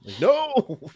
No